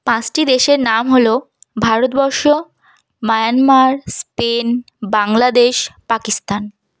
পাঁসটি দেশের নাম হল ভারতবর্ষ মায়ানমার স্পেন বাংলাদেশ পাকিস্তান